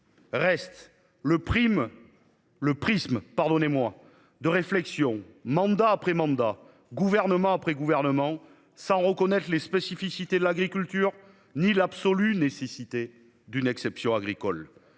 pardonnez-moi de réflexion mandat après mandat, gouvernement après gouvernement sans reconnaître les spécificités de l'agriculture ni l'absolue nécessité d'une exception agricole,